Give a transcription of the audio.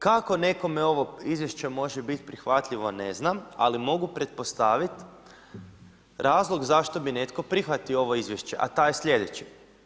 Kako nekome ovo izvješće može biti prihvatljivo, ne znam, ali mogu pretpostaviti razlog zašto bi netko prihvatio ovo izvješće, a taj je sljedeći.